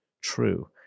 true